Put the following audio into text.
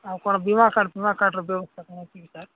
ଆଉ କ'ଣ ବୀମା କାର୍ଡ୍ ଫିମା କାର୍ଡ୍ର ବ୍ୟବସ୍ଥା କ'ଣ ଅଛି କି ସାର୍